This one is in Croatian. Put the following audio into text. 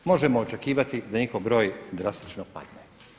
Možemo očekivati da njihov broj drastično pade.